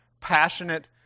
passionate